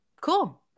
Cool